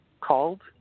called